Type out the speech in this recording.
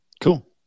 Cool